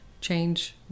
Change